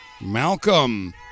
Malcolm